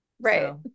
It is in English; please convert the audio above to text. Right